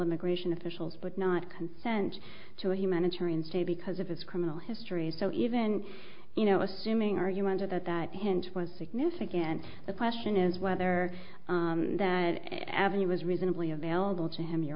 immigration officials but not consent to a humanitarian say because of its criminal history so even you know assuming arguments are that that hinge was significant the question is whether that avenue was reasonably available to him your